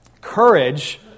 courage